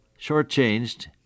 shortchanged